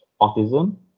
autism